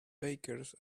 bakers